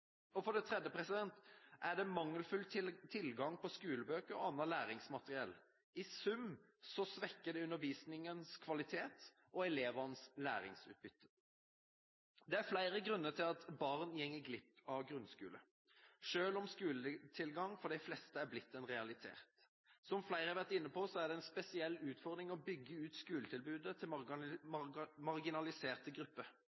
For det tredje er det mangelfull tilgang på skolebøker og annet læringsmateriell. I sum svekker det undervisningens kvalitet og elevenes læringsutbytte. Det er flere grunner til at barn går glipp av grunnskole, selv om skoletilgang for de fleste har blitt en realitet. Som flere har vært inne på, er det en spesiell utfordring å bygge ut skoletilbudet til marginaliserte grupper.